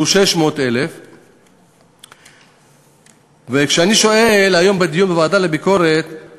שהוא 600,000. כשאני שואל היום בדיון בוועדה לביקורת המדינה